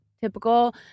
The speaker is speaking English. typical